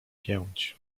pięć